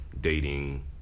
dating